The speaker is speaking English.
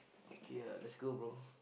okay ah let's go bro